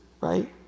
right